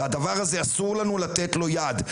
אסור לנו לתת לזה יד.